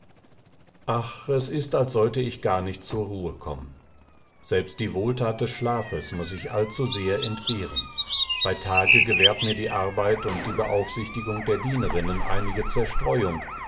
ach es ist als sollte ich gar nicht zur ruhe kommen selbst die wohlthat des schlafes muß ich allzusehr entbehren bei tage gewährt mir die arbeit und die beaufsichtigung der dienerinnen einige zerstreuung